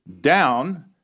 down